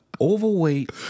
overweight